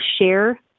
share